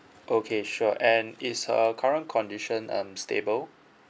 okay sure and is her current condition um stable